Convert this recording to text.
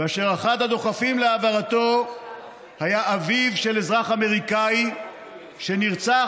ואשר אחד הדוחפים להעברתו היה אביו של אזרח אמריקני שנרצח